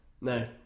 No